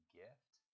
gift